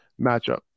matchup